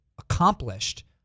accomplished